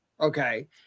okay